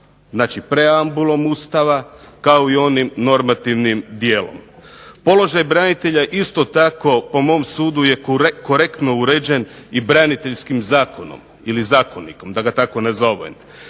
znači preambulom Ustava, kao i onim normativnim dijelom. Položaj branitelja isto tako po mom sudu je korektno uređen i braniteljskim zakonom, ili zakonikom, da ga tako nazovem,